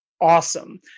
awesome